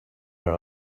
our